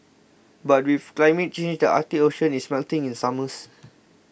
but with climate change the Arctic Ocean is melting in summers